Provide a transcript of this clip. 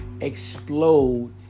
explode